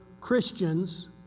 Christians